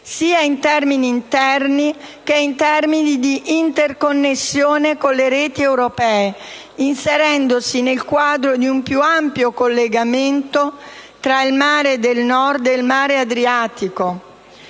sia in termini interni che in termini di interconnessione con le reti europee, inserendosi nel quadro di un più ampio collegamento tra il mare del Nord e il mare Adriatico.